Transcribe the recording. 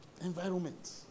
Environment